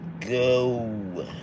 go